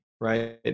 right